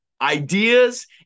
ideas